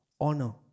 honor